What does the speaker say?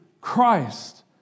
Christ